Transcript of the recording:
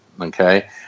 okay